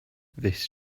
this